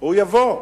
הוא יבוא.